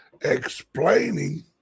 explaining